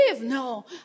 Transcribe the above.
No